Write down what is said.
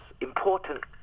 important